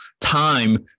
time